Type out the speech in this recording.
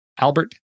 Albert